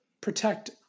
protect